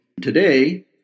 Today